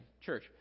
church